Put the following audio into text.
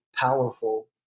powerful